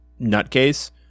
nutcase